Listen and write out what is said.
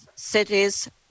cities